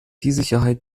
sicherheit